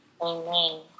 Amen